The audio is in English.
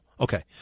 Okay